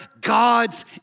God's